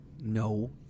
No